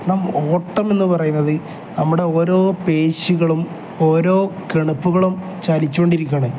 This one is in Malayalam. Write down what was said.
നമുക്ക് ഓട്ടമെന്ന് പറയുന്നത് നമ്മുടെ ഓരോ പേശികളും ഓരോ കണുപ്പുകളും ചലിച്ചോണ്ടിരിക്കുകയാണ്